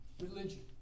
religion